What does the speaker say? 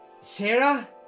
Sarah